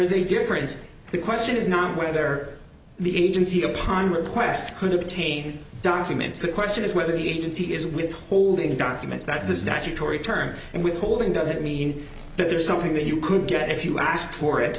is a difference the question is not whether the agency upon request could obtain documents the question is whether the agency is withholding documents that's the statutory term and withholding doesn't mean that there's something that you could get if you ask for it